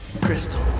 Crystal